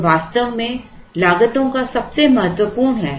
यह वास्तव में लागतों का सबसे महत्वपूर्ण है